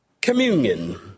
Communion